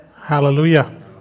Hallelujah